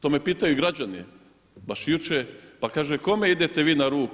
To me pitaju i građani baš jučer, pa kažu kome idete vi na ruku?